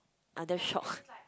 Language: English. I'm damn shocked